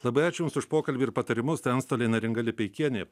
labai ačiū jums už pokalbį ir patarimus tai antstolė neringa lipeikienė